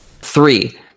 Three